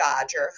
Dodger